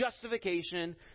justification